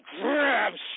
grabs